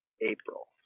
April